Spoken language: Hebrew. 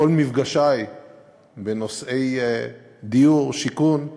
בכל מפגשי בנושאי דיור, שיכון,